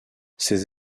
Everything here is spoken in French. ces